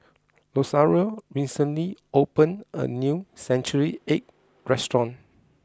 Rosario recently opened a new Century Egg restaurant